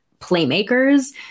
playmakers